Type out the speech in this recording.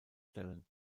stellen